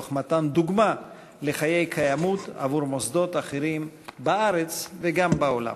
תוך מתן דוגמה לחיי קיימות עבור מוסדות אחרים בארץ וגם בעולם.